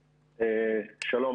שלום.